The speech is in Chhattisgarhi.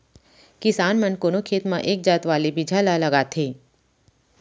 किसान मन कोनो खेत म एक जात वाले बिजहा ल लगाथें